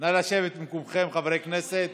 נא לשבת במקומכם, חברי הכנסת,